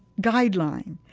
guideline.